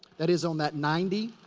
that is, on that ninety,